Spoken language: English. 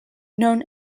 known